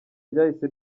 ryahise